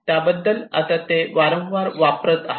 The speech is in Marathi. त्याबद्दल आता ते वारंवार वापरत आहेत